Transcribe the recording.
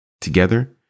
Together